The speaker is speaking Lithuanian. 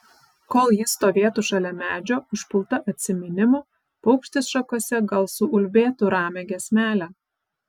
kol ji stovėtų šalia medžio užpulta atsiminimų paukštis šakose gal suulbėtų ramią giesmelę